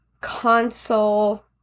console